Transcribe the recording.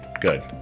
good